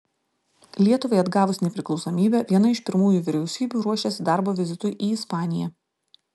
lietuvai atgavus nepriklausomybę viena iš pirmųjų vyriausybių ruošėsi darbo vizitui į ispaniją